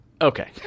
Okay